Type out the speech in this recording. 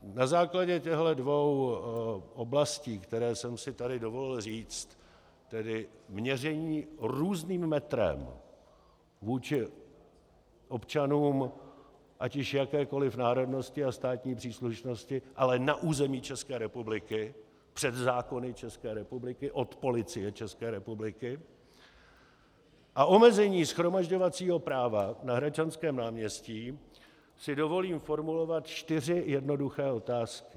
Na základě těchhle dvou oblastí, které jsem si tady dovolil říct, tedy měření různým metrem vůči občanům ať již jakékoli národnosti a státní příslušnosti, ale na území České republiky, před zákony České republiky od Policie České republiky a omezení shromažďovacího práva na Hradčanském náměstí, si dovolím formulovat čtyři jednoduché otázky.